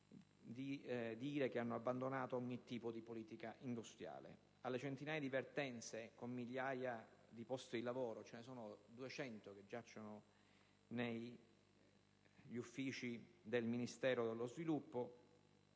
di dire che hanno abbandonato ogni tipo di politica industriale. Alle centinaia di vertenza su migliaia di posti di lavoro - ce ne sono 200 che giacciono negli uffici del Ministero dello sviluppo